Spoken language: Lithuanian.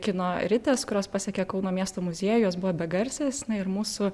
kino ritės kurios pasiekė kauno miesto muziejų jos buvo begarsės ir mūsų